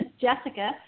Jessica